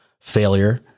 failure